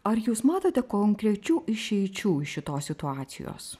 ar jūs matote konkrečių išeičių iš šitos situacijos